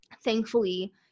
thankfully